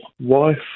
wife